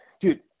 Dude